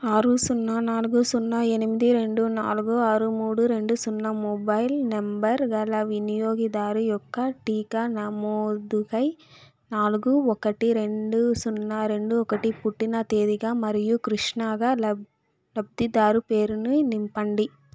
ఆరు సున్నా నాలుగు సున్నా ఎనిమిది రెండు నాలుగు ఆరు మూడు రెండు సున్నా మొబైల్ నంబర్ గల వినియోగదారు యొక్క టీకా నమోదుకై నాలుగు ఒకటి రెండు సున్నా రెండు ఒకటి పుట్టిన తేదీగా మరియు కృష్ణాగా లబ్ధి లబ్ధిదారు పేరుని నింపండి